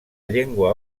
llengua